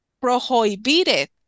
prohibited